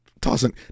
tossing